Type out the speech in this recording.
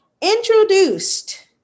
Introduced